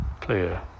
clear